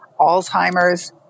Alzheimer's